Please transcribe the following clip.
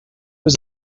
was